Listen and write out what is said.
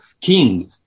king